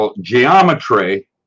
geometry